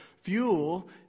fuel